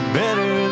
better